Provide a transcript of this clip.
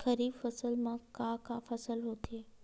खरीफ फसल मा का का फसल होथे?